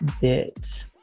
bit